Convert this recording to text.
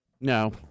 No